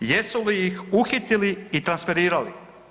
Jesu li ih uhitili i transferirali?